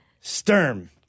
Sturm